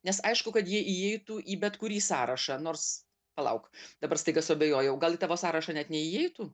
nes aišku kad ji įeitų į bet kurį sąrašą nors palauk dabar staiga suabejojau gal į tavo sąrašą net neįeitų